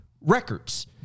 records